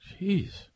Jeez